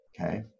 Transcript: Okay